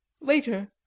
Later